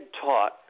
taught